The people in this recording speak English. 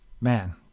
Man